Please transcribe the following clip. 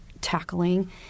tackling